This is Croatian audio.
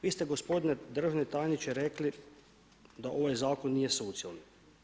Vi ste gospodine državni tajniče rekli da ovaj zakon nije socijalni.